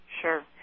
Sure